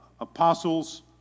apostles